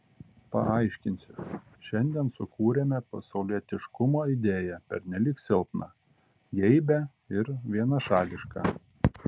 paaiškinsiu šiandien sukūrėme pasaulietiškumo idėją pernelyg silpną geibią ir vienašališką